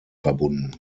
verbunden